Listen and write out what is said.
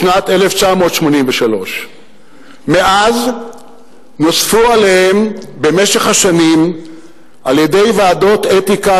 בשנת 1983. מאז נוספו עליהם במשך השנים על-ידי ועדות אתיקה